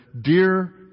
Dear